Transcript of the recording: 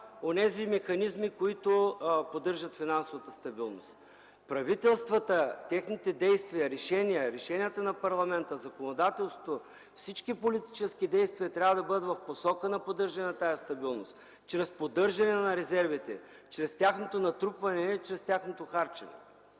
онези механизми, които поддържат финансовата стабилност. Действията и решенията на правителствата, решенията на парламента, законодателството, всички политически действия трябва да бъдат в посока на поддържане на тази стабилност чрез поддържане на резервите, чрез тяхното натрупване, а не чрез тяхното харчене.